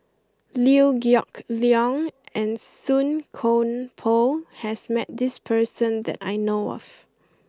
Liew Geok Leong and Song Koon Poh has met this person that I know of